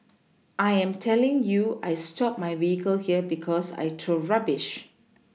I am telling you I stop my vehicle here because I throw rubbish